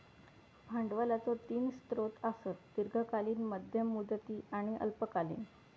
भांडवलाचो तीन स्रोत आसत, दीर्घकालीन, मध्यम मुदती आणि अल्पकालीन